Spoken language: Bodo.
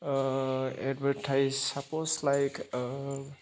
ओ एडभार्टाइज साप'स लाइक ओ